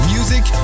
Music